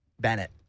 Bennett